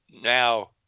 Now